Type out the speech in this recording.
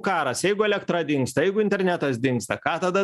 karas jeigu elektra dingsta jeigu internetas dingsta ką tada